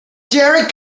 derek